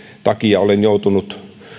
takia olen joutunut